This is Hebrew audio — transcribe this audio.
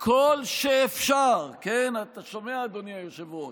כל שאפשר, כן, אתה שומע, אדוני היושב-ראש,